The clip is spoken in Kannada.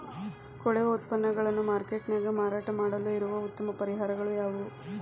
ಕೊಳೆವ ಉತ್ಪನ್ನಗಳನ್ನ ಮಾರ್ಕೇಟ್ ನ್ಯಾಗ ಮಾರಾಟ ಮಾಡಲು ಇರುವ ಉತ್ತಮ ಪರಿಹಾರಗಳು ಯಾವವು?